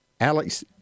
Alex